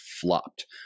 flopped